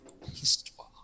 Histoire